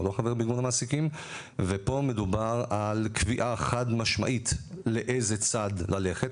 או לא חבר בארגון המעסיקים ופה מדובר על קביעה חד משמעית לאיזה צד ללכת,